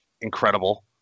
incredible